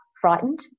frightened